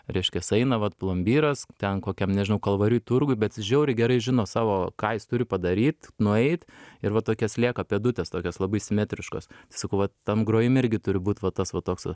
reiškias eina vat plombyras ten kokiam nežinau kalvarijų turguj bet jis žiauriai gerai žino savo ką jis turi padaryt nueit ir va tokios lieka pėdutės tokios labai simetriškos sakau va tam grojime irgi turi būt va tas va toks va